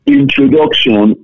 introduction